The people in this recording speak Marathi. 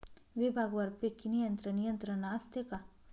विभागवार पीक नियंत्रण यंत्रणा असते का?